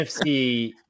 NFC